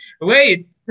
wait